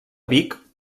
vic